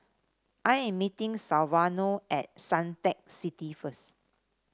I am meeting at Suntec City first